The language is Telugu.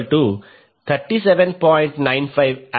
87 37